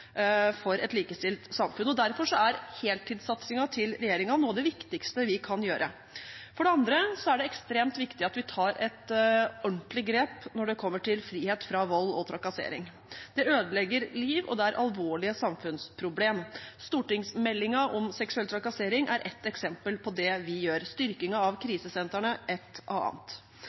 for et likestilt samfunn. Derfor er heltidssatsingen til regjeringen noe av det viktigste vi kan gjøre. For det andre er det ekstremt viktig at vi tar et ordentlig grep når det gjelder frihet fra vold og trakassering. Det ødelegger liv, og det er alvorlige samfunnsproblemer. Stortingsmeldingen om seksuell trakassering er et eksempel på det vi gjør, styrkingen av krisesentrene et annet.